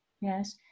yes